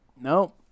No